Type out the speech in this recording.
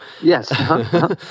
yes